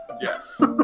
Yes